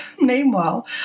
meanwhile